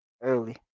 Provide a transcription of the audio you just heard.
early